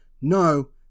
No